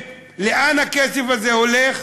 לאן הכסף הזה הולך?